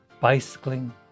bicycling